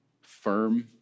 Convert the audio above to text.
Firm